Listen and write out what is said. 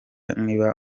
niba